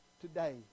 today